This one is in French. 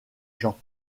gens